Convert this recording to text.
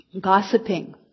Gossiping